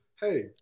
Hey